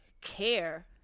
care